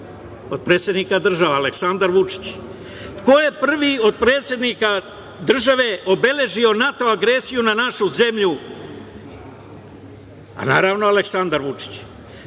Od predsednika država, Aleksandar Vučić. Ko je prvi od predsednika država obeležio NATO agresiju na našu zemlju? Naravno, Aleksandar Vučić.